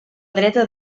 dreta